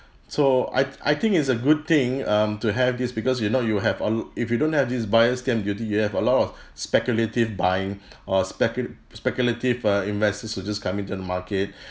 so I I think it's a good thing um to have this because if not you'll have a l~ if you don't have this buyer's stamp duty you'll have a lot of speculative buying or specul~ speculative uh investors will just come into the market